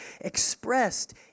expressed